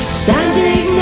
standing